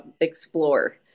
explore